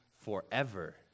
forever